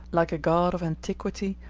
like a god of antiquity,